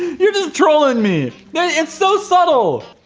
you're just trolling me. it's so subtle